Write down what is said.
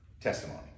testimony